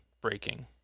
breaking